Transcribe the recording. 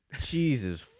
Jesus